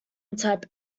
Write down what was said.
type